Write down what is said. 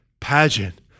Pageant